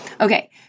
Okay